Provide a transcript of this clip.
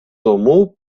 тому